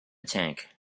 tank